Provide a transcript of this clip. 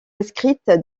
inscrite